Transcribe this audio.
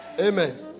Amen